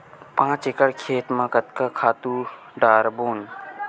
पांच एकड़ खेत म कतका खातु डारबोन?